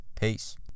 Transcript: Peace